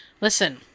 listen